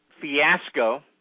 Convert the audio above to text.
fiasco